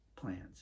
plans